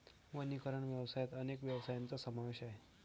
वनीकरण व्यवसायात अनेक व्यवसायांचा समावेश आहे